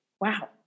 Wow